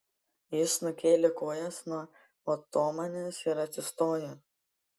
jis nukėlė kojas nuo otomanės ir atsistojo